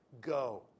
Go